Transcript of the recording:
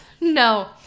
No